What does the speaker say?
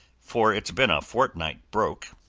for it's been a fortnight broke.